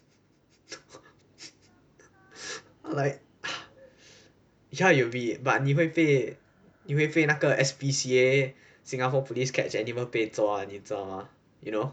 like ya you'd be but 你会被你会被那个 S_P_C_A singapore police catch animal 被抓你知道吗 you know